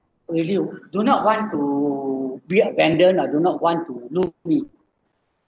will you do not want to be abandoned or do not want to lose me